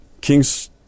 Kings